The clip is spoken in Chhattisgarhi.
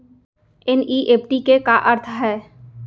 एन.ई.एफ.टी के का अर्थ है?